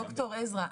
דוקטור עזרא,